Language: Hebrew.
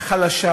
חלשה